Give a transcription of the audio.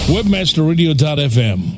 WebmasterRadio.fm